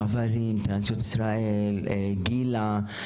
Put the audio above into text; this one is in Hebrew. מעברים, טרנס ישראל, גילה.